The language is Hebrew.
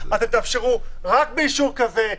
תאפשרו רק באישור כזה,